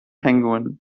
penguin